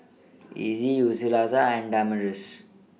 Earley Yulissa and Damaris